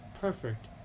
Perfect